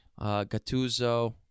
Gattuso